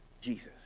Jesus